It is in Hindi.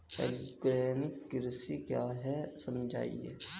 आर्गेनिक कृषि क्या है समझाइए?